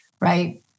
right